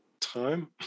time